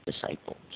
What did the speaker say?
disciples